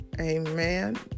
Amen